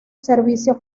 servicio